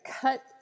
cut